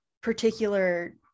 particular